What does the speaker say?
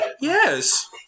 Yes